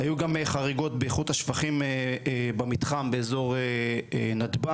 היו גם חריגות באיכות השפכים במתחם באזור נתב"ג,